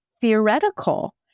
theoretical